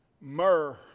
Myrrh